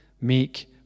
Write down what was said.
make